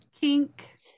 kink